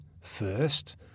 first